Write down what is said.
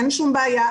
אין שום בעיה,